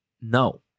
No